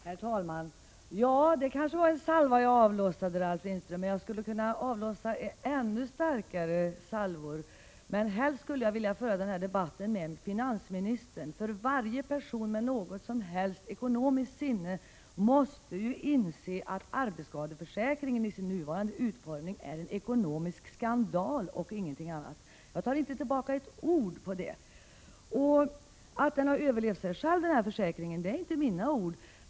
Herr talman! Ja, det kanske var en salva jag avlossade, Ralf Lindström. Men jag skulle kunna avlossa ännu starkare salvor. Men helst skulle jag vilja föra debatten med finansministern. För varje person med något som helst ekonomiskt sinne måste inse att arbetsskadeförsäkringen i sin nuvarande utformning är en ekonomisk skandal och ingenting annat. Jag tar inte tillbaka — Prot. 1987/88:31 ett ord av det. 25 november 1987 Att denna försäkring har överlevt sig själv är inte mina ord.